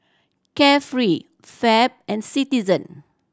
Carefree Fab and Citizen